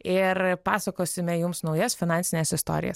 ir pasakosime jums naujas finansines istorijas